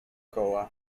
koła